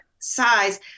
size